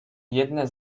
jedne